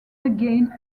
again